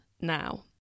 now